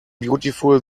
beautiful